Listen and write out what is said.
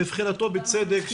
מבחינתנו בצדק,